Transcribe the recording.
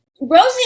Rosie